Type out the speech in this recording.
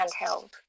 handheld